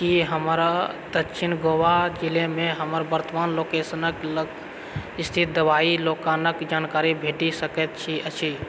की हमरा दक्षिण गोवा जिलामे हमर वर्तमान लोकेशनके लग स्थित दवाइ दोकानके जानकारी भेटि सकैत अछि